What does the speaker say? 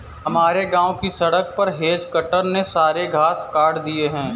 हमारे गांव की सड़क पर हेज कटर ने सारे घास काट दिए हैं